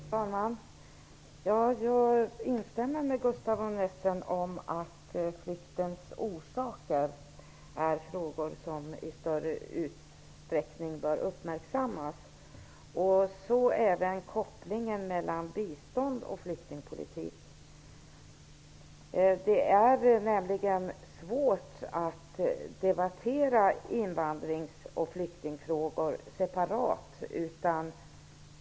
Fru talman! Jag instämmer med Gustaf von Essen om att orsaken till flykten är något som bör uppmärksammas i större utsträckning, så även kopplingen mellan bistånd och flyktingpolitik. Det är nämligen svårt att debattera invandringsoch flyktingfrågor separat.